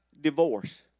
divorce